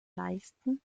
leisten